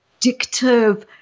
addictive